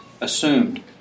assumed